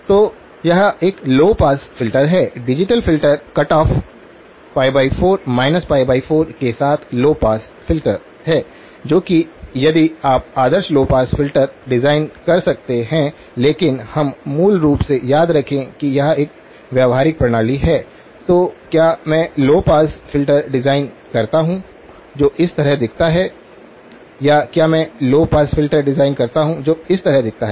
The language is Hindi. तो यह एक लौ पास फ़िल्टर है डिजिटल फ़िल्टर कट ऑफ 4 π 4 के साथ एक लौ पास फ़िल्टर है जो कि यदि आप आदर्श लौ पास फ़िल्टर डिजाइन कर सकते हैं लेकिन हम मूल रूप से याद रखें कि यह एक व्यावहारिक प्रणाली हैतो क्या मैं लौ पास फ़िल्टर डिजाइन करता हूं जो इस तरह दिखता है या क्या मैं एक लौ पास फ़िल्टर डिजाइन करता हूं जो इस तरह दिखता है